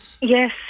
Yes